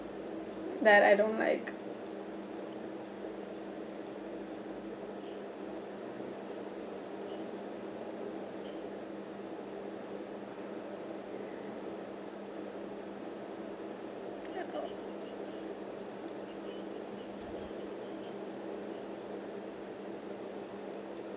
that I don't like